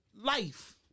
life